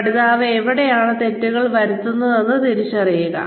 പഠിതാവ് എവിടെയാണ് തെറ്റുകൾ വരുത്തുന്നതെന്ന് തിരിച്ചറിയുക